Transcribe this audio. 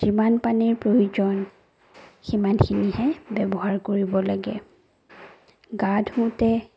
যিমান পানীৰ প্ৰয়োজন সিমানখিনিহে ব্যৱহাৰ কৰিব লাগে গা ধোওঁতে